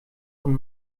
von